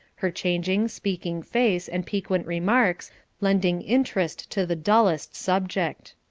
her changing, speaking face and piquant remarks lending interest to the dullest subject.